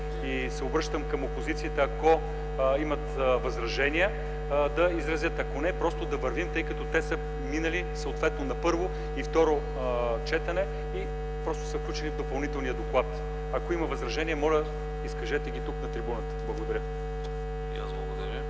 Обръщам се към опозицията: ако имат възражения да ги изразят, ако не – просто да вървим, тъй като те са минали съответно на първо и второ четене и просто са включени в Допълнителния доклад. Ако има възражения, моля, изкажете ги тук на трибуната. Благодаря.